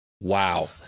wow